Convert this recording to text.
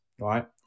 Right